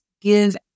give